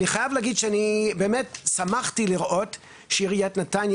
אני חייב להגיד שבאמת שמחתי לראות שעיריית נתניה